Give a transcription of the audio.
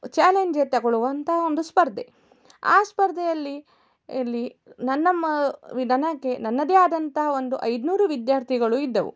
challenge ತೊಗೊಳುವಂಥ ಒಂದು ಸ್ಪರ್ಧೆ ಆ ಸ್ಪರ್ಧೆಯಲ್ಲಿ ಎಲ್ಲಿ ನನ್ನ ಮ ವಿ ನನಗೆ ನನ್ನದೇ ಆದಂಥ ಒಂದು ಐನೂರು ವಿದ್ಯಾರ್ಥಿಗಳು ಇದ್ದವು